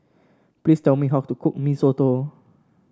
please tell me how to cook Mee Soto